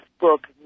book